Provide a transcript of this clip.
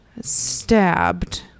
stabbed